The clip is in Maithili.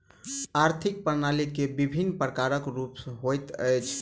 आर्थिक प्रणाली के विभिन्न प्रकारक रूप होइत अछि